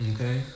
Okay